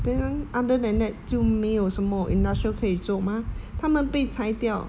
other than that 就没有什么 industrial 可以做 mah 他们被拆掉